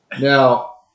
Now